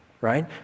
right